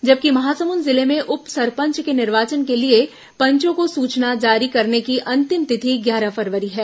जबकि महासमुंद जिले में उप सरपंच के निर्वाचन के लिए पंचों को सूचना जारी करने की अंतिम तिथि ग्यारह फरवरी है